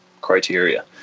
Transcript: criteria